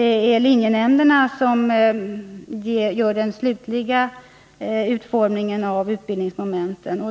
är linjenämnderna som lokalt avgör omfattningen av de olika utbildningsmomenten.